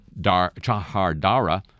Chahardara